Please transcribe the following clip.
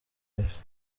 wese